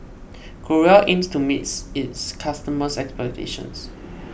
Growell aims to meet its customers' expectations